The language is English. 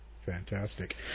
Fantastic